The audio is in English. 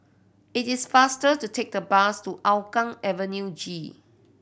it is faster to take the bus to Hougang Avenue G